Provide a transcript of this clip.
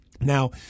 Now